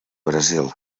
brasil